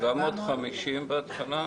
750 בהתחלה.